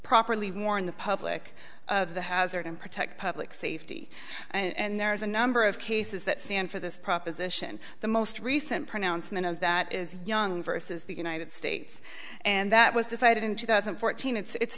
properly warn the public of the hazard and protect public safety and there is a number of cases that stand for this proposition the most recent pronouncement of that is young versus the united states and that was decided in two thousand and fourteen it's